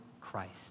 Christ